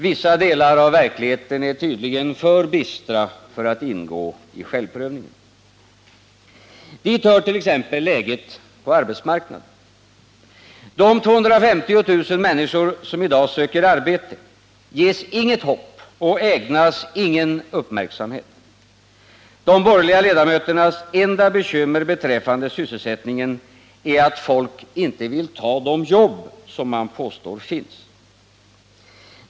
Vissa delar av verkligheten är tydligen för bistra för att ingå i självprövningen. Dit hör t.ex. läget på arbetsmarknaden. De 250 000 människor som i dag söker arbete ges inget hopp och ägnas ingen uppmärksamhet. De borgerliga ledamöternas enda bekymmer beträffande sysselsättningen är att folk inte vill ta de jobb som man påstår finns.